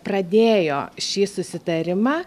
pradėjo šį susitarimą